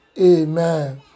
Amen